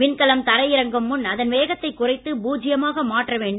விண்கலம் தரையிறங்கும் முன் அதன் வேகத்தைக் குறைத்து பூஜ்யமாக மாற்ற வேண்டும்